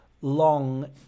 long